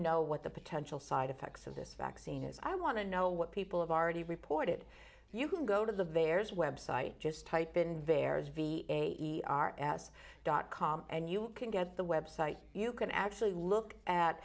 know what the potential side effects of this vaccine is i want to know what people have already reported so you can go to the various web site just type in there's v a ers dot com and you can get the web site you can actually look at